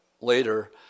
later